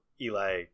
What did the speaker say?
Eli